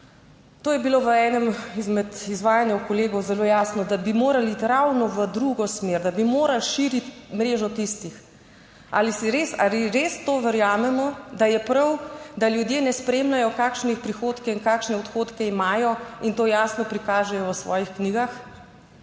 To je bilo v enem izmed izvajanjih kolegov zelo jasno, da bi morali iti ravno v drugo smer, da bi morali širiti mrežo tistih. Ali si res, res to verjamemo, da je prav, da ljudje ne spremljajo kakšni prihodki in kakšne odhodke imajo in to jasno prikažejo v svojih knjigah.